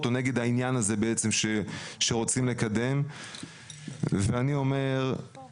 טובת